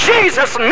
Jesus